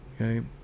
okay